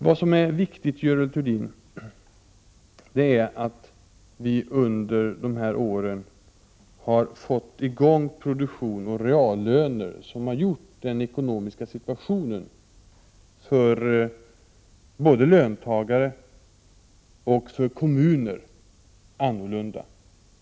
Vad som är viktigt, Görel Thurdin, är att vi under de här åren har fått till stånd produktion och reallöner, som har gjort den ekonomiska situationen för både löntagare och kommuner annorlunda.